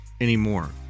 anymore